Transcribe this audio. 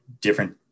different